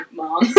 mom